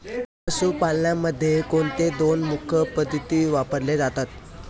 पशुपालनामध्ये कोणत्या दोन मुख्य पद्धती वापरल्या जातात?